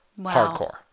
Hardcore